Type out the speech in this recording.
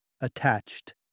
Attached